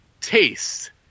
taste